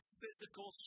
physical